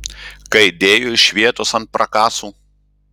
kai dėjo iš vietos ant prakasų